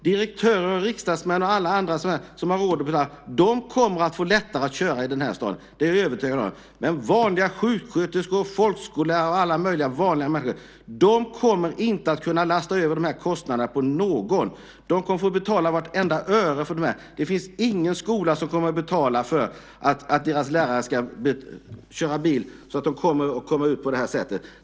Direktörer, riksdagsledamöter och alla andra som har råd kommer att få lättare att köra i den här staden, det är jag övertygad om, men vanliga sjuksköterskor, folkskollärare och alla möjliga vanliga människorna kommer inte att kunna lasta över kostnaderna på någon. De kommer att få betala vartenda öre för det här. Det finns ingen skola som kommer att betala för att deras lärare ska köra bil.